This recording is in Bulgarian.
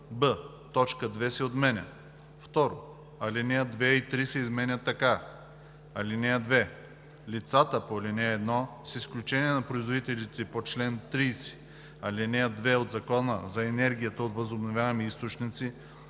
2 се отменя. 2. Алинеи 2 и 3 се изменят така: „(2) Лицата по ал. 1, с изключение на производителите по чл. 30, ал. 2 от Закона за енергията от възобновяеми източници,